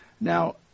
Now